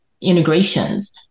integrations